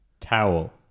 towel